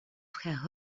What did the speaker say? frère